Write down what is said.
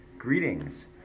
Greetings